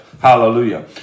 Hallelujah